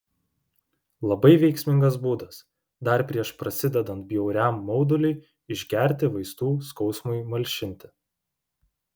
labai veiksmingas būdas dar prieš prasidedant bjauriam mauduliui išgerti vaistų skausmui malšinti